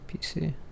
pc